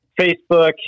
Facebook